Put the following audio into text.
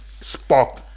spark